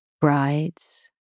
brides